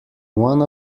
one